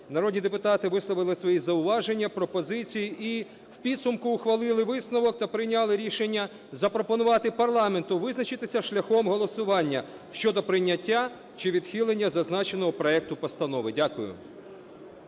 народні депутати висловили свої зауваження, пропозиції і в підсумку ухвалили висновок та прийняли рішення запропонувати парламенту визначитися шляхом голосування щодо прийняття чи відхилення зазначеного проекту постанови. Дякую.